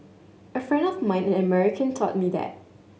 a friend of mine an American taught me that